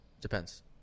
depends